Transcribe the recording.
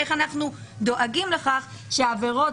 איך אנחנו דואגים לכך שעבירות,